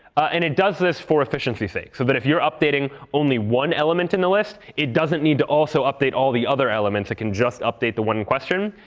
and it does this for efficiency sake. so that but if you're updating only one element in the list, it doesn't need to also update all the other elements. it can just update the one in question.